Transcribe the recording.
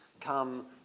come